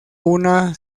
una